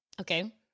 Okay